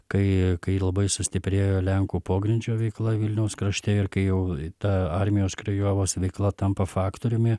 kai kai labai sustiprėjo lenkų pogrindžio veikla vilniaus krašte ir kai jau ta armijos krijovos veikla tampa faktoriumi